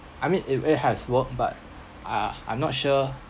I mean if it has work but ah I'm not sure